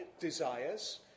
desires